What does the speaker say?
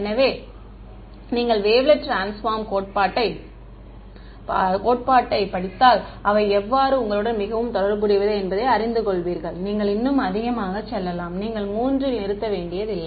எனவே நீங்கள் wavelet transform கோட்பாட்டைப் படித்தால் அவை எவ்வாறு உங்களுடன் மிகவும் தொடர்புடையவை என்பதை அறிந்து கொள்வீர்கள் நீங்கள் இன்னும் அதிகமாக செல்லலாம் நீங்கள் 3 இல் நிறுத்த வேண்டியதில்லை